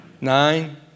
Nine